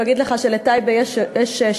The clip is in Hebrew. הוא יגיד לך שלטייבה יש שילוט.